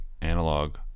analog